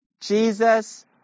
Jesus